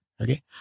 okay